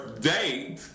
date